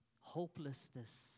hopelessness